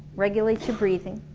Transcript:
regulates your breathing